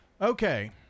Okay